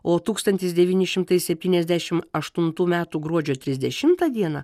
o tūkstantis devyni šimtai septyniasdešim aštuntų metų gruodžio trisdešimtą dieną